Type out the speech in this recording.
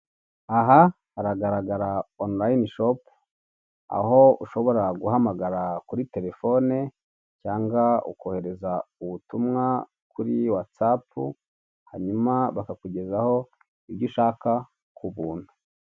Aha haragaragara onulayini shopu, aho ushobora guhamagara kuri telefone cyangwa ukohereza ubumwa kuri watsapu, hanyuma bakakugezayo ibyo ushaka ku buntu.